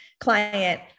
client